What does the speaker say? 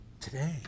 Today